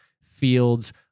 Fields